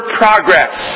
progress